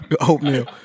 Oatmeal